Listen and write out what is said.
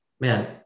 man